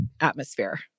atmosphere